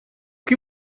que